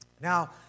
Now